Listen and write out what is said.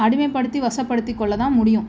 அடிமை படுத்தி வசப்படுத்தி கொள்ளதான் முடியும்